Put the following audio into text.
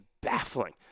baffling